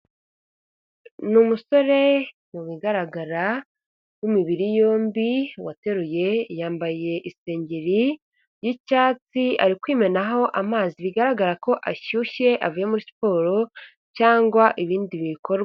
Ni umusore mu bigaragara w'imibiri yombi wateruye, yambaye isengeri y'icyatsi ari kwimenaho amazi, bigaragara ko ashyushye avuye muri siporo cyangwa ibindi bikorwa.